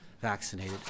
vaccinated